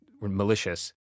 malicious